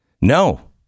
No